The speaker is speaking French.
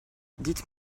dites